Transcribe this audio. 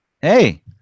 Hey